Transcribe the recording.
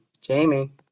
Jamie